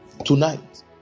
Tonight